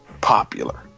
popular